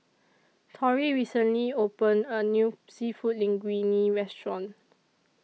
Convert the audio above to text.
Tory recently opened A New Seafood Linguine Restaurant